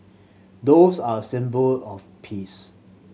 doves are a symbol of peace